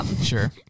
Sure